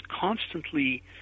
constantly